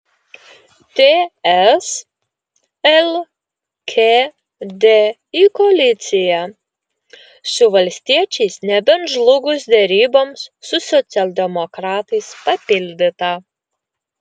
ts lkd į koaliciją su valstiečiais nebent žlugus deryboms su socialdemokratais papildyta